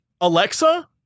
Alexa